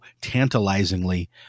tantalizingly